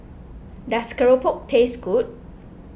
does Keropok taste good